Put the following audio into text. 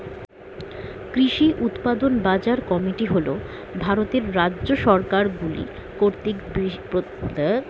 কৃষি উৎপাদন বাজার কমিটি হল ভারতের রাজ্য সরকারগুলি কর্তৃক প্রতিষ্ঠিত একটি বিপণন বোর্ড